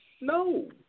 No